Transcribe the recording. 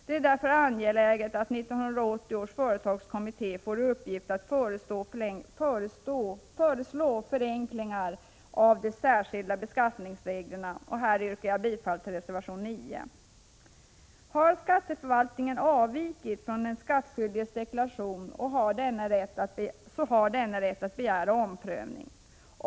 Det är därför angeläget att 1980 års företagsskattekommitté får i uppgift att föreslå förenklingar av de särskilda beskattningsreglerna. Här yrkar jag bifall till reservation 9. Har skatteförvaltningen avvikit från den skattskyldiges deklaration, har denne rätt att begära omprövning.